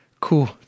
Cool